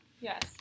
Yes